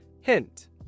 Hint